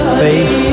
face